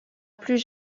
plus